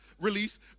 release